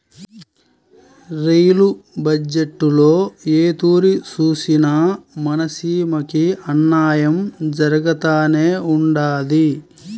rail బజ్జెట్టులో ఏ తూరి సూసినా మన సీమకి అన్నాయం జరగతానే ఉండాది